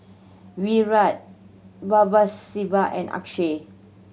Virat Babasaheb and Akshay